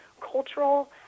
cultural